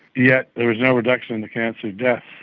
yet there was no reduction in the cancer deaths.